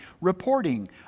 reporting